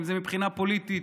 אם זה מבחינה פוליטית,